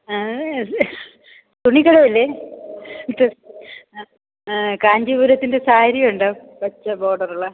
തുണിക്കട അല്ലേ ഇത് കാഞ്ചീപുരത്തിന്റെ സാരിയുണ്ടോ പച്ച ബോർഡർ ഉള്ളത്